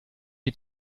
die